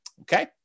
Okay